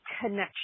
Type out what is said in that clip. connection